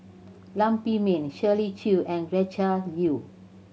Lam Pin Min Shirley Chew and Gretchen Liu